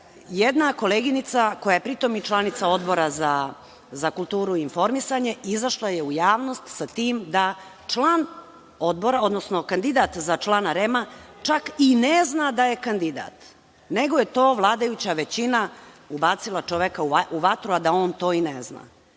jedna koleginica, koja je pri tom i članica Odbora za kulturu i informisanje, izašla je u javnost sa tim da član Odbora, odnosno kandidat za člana REM-a čak i ne zna da je kandidat, nego je vladajuća većina ubacila čoveka u vatru, a da on to i ne zna.